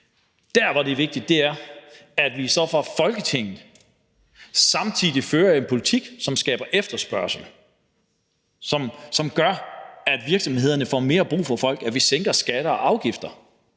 Det, der er vigtigt, er, at vi så fra Folketingets side samtidig fører en politik, som skaber efterspørgsel, og som gør, at virksomhederne får mere brug for folk: at vi sænker skatter og afgifter.